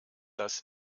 das